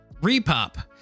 Repop